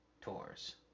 tours